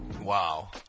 Wow